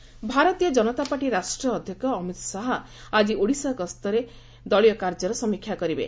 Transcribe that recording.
Shah Odisha Bharatiya Janata Party ରାଷ୍ଟ୍ରୀୟ ଅଧ୍ୟକ୍ଷ ଅମିତ ଶାହା ଆଜି ଓଡ଼ିଶା ଗସ୍ତ କରି ଦଳୀୟ କାର୍ଯ୍ୟର ସମୀକ୍ଷା କରିବେ